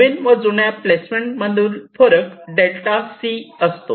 नवीन व जुन्या प्लेसमेंट मधील फरक ΔC असतो